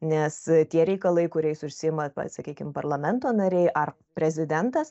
nes tie reikalai kuriais užsiima va sakykim parlamento nariai ar prezidentas